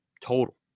total